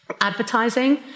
advertising